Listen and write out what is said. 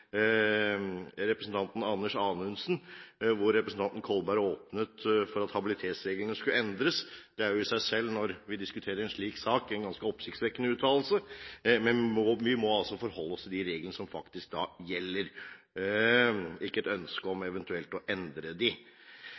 representanten Kolberg under replikkvekslingen med representanten Anundsen åpnet for at habilitetsreglene skulle endres. Det er i seg selv en ganske oppsiktsvekkende uttalelse når vi diskuterer en slik sak. Vi må altså forholde oss til de reglene som faktisk gjelder – og ikke til et ønske om eventuelt å endre